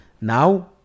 Now